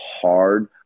hard